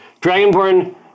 Dragonborn